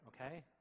okay